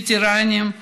הווטרנים,